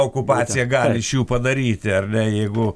okupacija gali iš jų padaryti ar ne jeigu